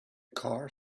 car